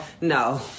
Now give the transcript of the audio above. No